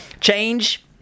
change